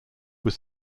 was